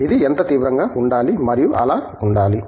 ఇది ఎంత తీవ్రంగా ఉండాలి మరియు అలా ఉండాలి